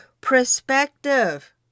perspective